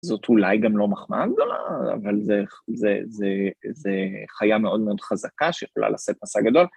זאת אולי גם לא מחמאה גדולה, אבל זה.זה.זה.זה. חיה מאוד מאוד חזקה שיכולה לשאת משא גדול.